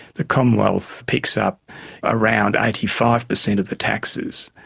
the commonwealth picks up around eighty five percent of the taxes.